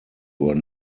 were